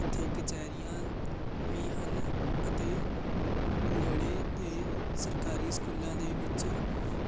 ਇੱਥੇ ਕਚਹਿਰੀਆਂ ਵੀ ਹਨ ਅਤੇ ਨੇੜੇ ਦੇ ਸਰਕਾਰੀ ਸਕੂਲਾਂ ਦੇ ਵਿੱਚ